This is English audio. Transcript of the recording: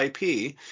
IP